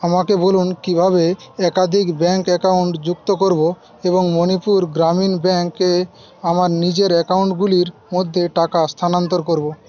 আমাকে বলুন কিভাবে একাধিক ব্যাঙ্ক অ্যাকাউন্ট যুক্ত করবো এবং মণিপুর গ্রামীণ ব্যাঙ্কে আমার নিজের অ্যাকাউন্টগুলির মধ্যে টাকা স্থানান্তর করবো